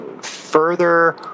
further